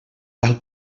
tal